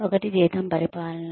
ఒకటి జీతం పరిపాలన